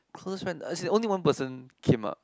close friend as in only one person came up